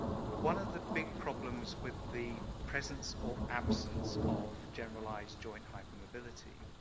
one of the big problems with the presence or absence of generalized joint hypermobility,